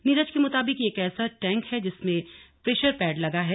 नीरज के मुताबिक यह एक ऐसा टैंक है जिसमे प्रेशर पैड लगा है